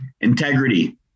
integrity